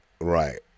right